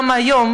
גם היום,